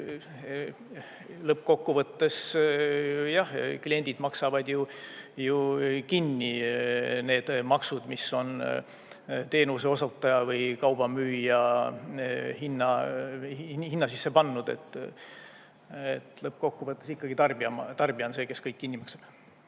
lõppkokkuvõttes jah kliendid maksavad ju kinni need maksud, mis on teenuseosutaja või kauba müüja hinna sisse pannud. Lõppkokkuvõttes ikkagi tarbija on see, kes kõik kinni maksab.